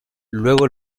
luego